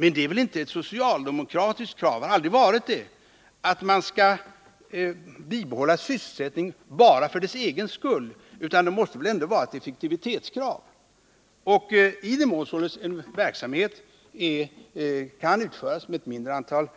Men det är väl inte ett socialdemokratiskt krav att man skall bibehålla sysselsättningen bara för dess egen skull, utan det måste väl ändå finnas ett effektivitetskrav. I den mån en verksamhet kan utföras med ett mindre antal